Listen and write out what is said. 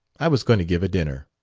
i was going to give a dinner.